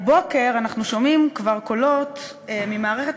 הבוקר אנחנו שומעים כבר קולות ממערכת